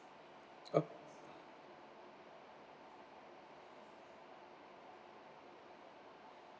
oh